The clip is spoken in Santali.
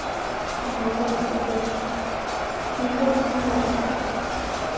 ᱢᱚᱴᱚᱨ ᱠᱚᱛᱮ ᱯᱷᱤᱞᱴᱟᱨ ᱠᱷᱚᱱ ᱫᱟᱜ ᱨᱟᱠᱟᱵᱽ